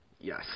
Yes